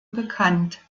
bekannt